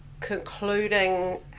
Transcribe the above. concluding